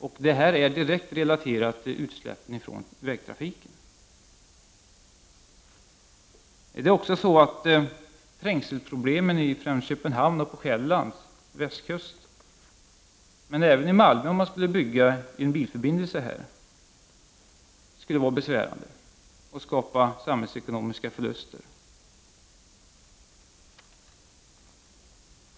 Allt detta är direkt relaterat till utsläppen från vägtrafiken. Trängselproblemen är stora i främst Köpenhamn och på Själland, men även i Malmö, om man skulle bygga en bilförbindelse där, skulle det bli besvärande och skapa samhällsekonomiska förluster.